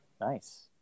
Nice